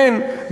כן,